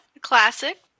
Classic